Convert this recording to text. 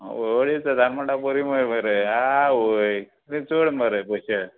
आं अडीच हजार म्हळ्यार बरी मरे मरे आवय कितें चड मरे पयशे